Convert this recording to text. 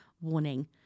warning